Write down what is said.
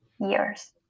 years